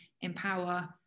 empower